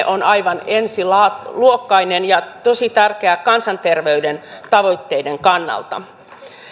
on aivan ensiluokkainen ja tosi tärkeä kansanterveyden tavoitteiden kannalta